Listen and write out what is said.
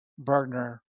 Bergner